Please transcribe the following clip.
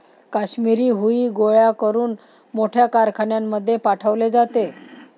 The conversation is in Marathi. काश्मिरी हुई गोळा करून मोठ्या कारखान्यांमध्ये पाठवले जाते